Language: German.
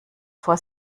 vor